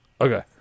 okay